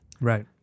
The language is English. Right